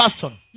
person